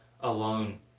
alone